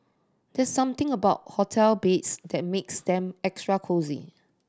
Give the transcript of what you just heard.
there's something about hotel beds that makes them extra cosy